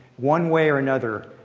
one way or another,